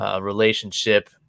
relationship